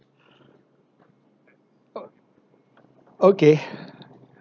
ugh okay